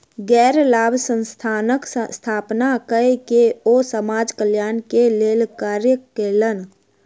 गैर लाभ संस्थानक स्थापना कय के ओ समाज कल्याण के लेल कार्य कयलैन